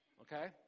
Okay